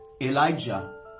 Elijah